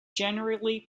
generally